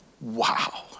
Wow